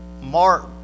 Mark